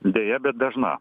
deja bet dažna